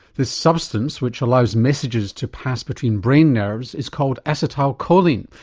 this substance, which allows messages to pass between brain nerves, is called acetylcholine.